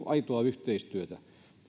aitoa yhteistyötä